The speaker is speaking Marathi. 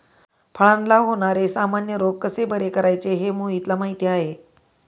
फळांला होणारे सामान्य रोग कसे बरे करायचे हे मोहितला माहीती आहे